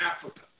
Africa